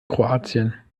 kroatien